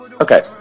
okay